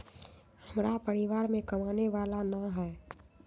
हमरा परिवार में कमाने वाला ना है?